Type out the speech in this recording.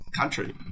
country